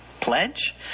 pledge